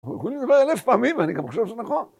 אנחנו יכולים לדבר אלף פעמים ואני גם חושב שזה נכון.